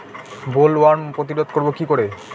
Bollworm প্রতিরোধ করব কি করে?